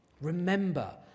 Remember